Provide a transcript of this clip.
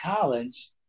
college